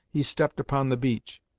he stepped upon the beach.